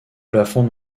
plafond